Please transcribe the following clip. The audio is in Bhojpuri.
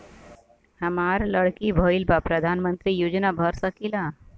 हमार लड़की भईल बा प्रधानमंत्री योजना भर सकीला?